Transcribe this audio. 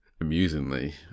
amusingly